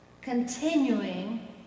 Continuing